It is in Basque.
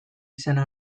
izena